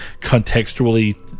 contextually